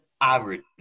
average